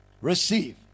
Receive